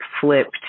flipped